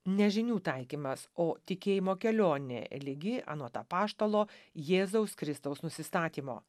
ne žinių taikymas o tikėjimo kelionė ligi anot apaštalo jėzaus kristaus nusistatymo